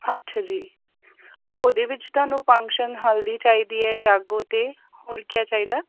ਅੱਛਾ ਜੀ ਉਹਦੇ ਵਿੱਚ ਤੁਹਾਨੂੰ ਫੰਕਸ਼ਨ ਹਲਦੀ ਚਾਹੀਦੀ ਹੈ ਜਾਗੋ 'ਤੇ ਹੋਰ ਕੀ ਚਾਹੀਦਾ